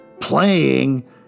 playing